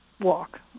walk